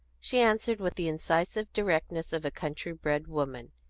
she answered with the incisive directness of a country-bred woman.